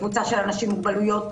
קבוצה של אנשים עם מוגבלויות,